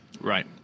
Right